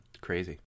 Crazy